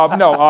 um no, ah